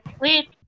Wait